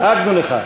דאגנו לך.